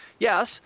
Yes